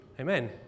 Amen